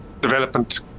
development